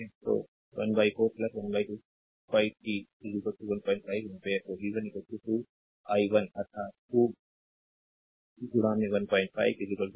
तो 14 125 कि 15 एम्पीयर तो v 1 2 i1 अर्थात 2 15 3 वोल्ट